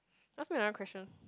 ask me another question